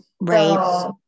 Right